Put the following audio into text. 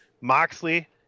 Moxley